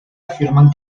afirman